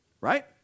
right